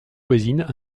voisines